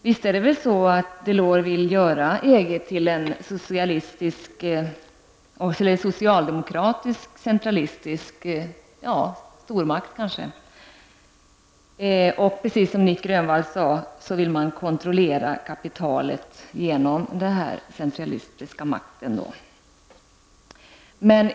Visst är det väl så att Jacques Delors vill göra EG till en socialdemokratisk centralistisk stormakt. Precis som Nic Grönvall sade vill man kontrollera kapitalet genom den centralistiska makten.